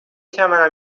توانم